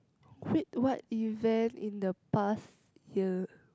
wait what event in the past year